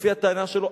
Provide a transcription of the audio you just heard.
לפי הטענה שלו,